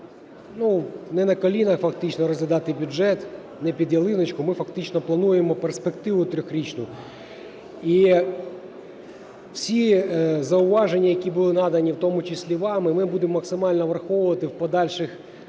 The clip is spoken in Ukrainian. не на колінах фактично розглядати бюджет, не "під ялиночку". Ми фактично плануємо перспективу трирічну. І всі зауваження, які були надані, в тому числі вами, ми будемо максимально враховувати в подальших розробках